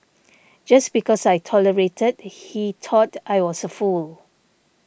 just because I tolerated he thought I was a fool